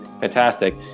fantastic